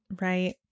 right